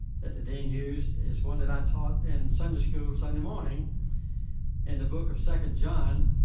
that the dean used is one that i taught in sunday school sunday morning in the book of second john.